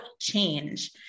change